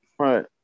Right